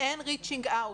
אין ריצ'ינג אאוט.